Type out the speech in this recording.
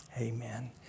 amen